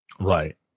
right